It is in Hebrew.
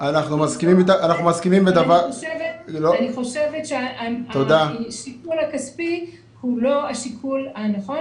אני חושבת שהשיקול הכספי הוא לא השיקול הנכון.